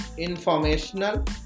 informational